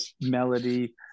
melody